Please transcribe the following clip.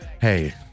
hey